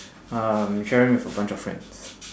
I'm sharing with a bunch of friends